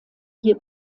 hier